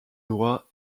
droit